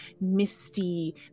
misty